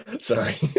sorry